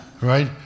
right